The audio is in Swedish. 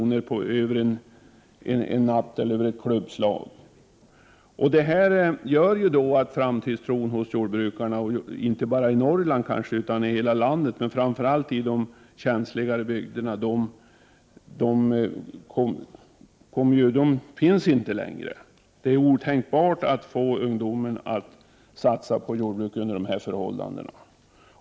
genom ett klubbslag. Detta gör att framtidstron saknas hos jordbrukarna, inte bara i Norrland utan i hela landet, framför allt i de känsligare bygderna. Det är otänkbart att få ungdomen att satsa på jordbruk under de här förhållandena.